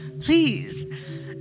Please